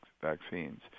vaccines